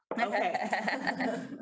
okay